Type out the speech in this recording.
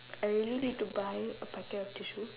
I really need to buy a packet of tissue